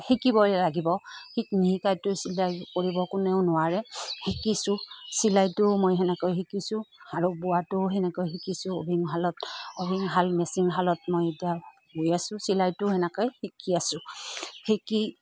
শিকিবই লাগিব শিক নিশিকাকৈতো চিলাই কৰিব কোনেও নোৱাৰে শিকিছোঁ চিলাইটোও মই সেনেকৈ শিকিছোঁ আৰু বোৱাটোও সেনেকৈ শিকিছোঁ অভিংশালত অভিংশাল মেচিনশালত মই এতিয়া গৈ আছো চিলাইটোও সেনেকৈ শিকি আছো শিকি